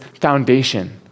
foundation